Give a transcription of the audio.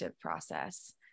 process